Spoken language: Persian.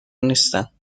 نیستم